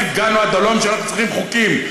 הגענו עד הלום שאנחנו צריכים חוקים.